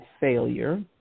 failure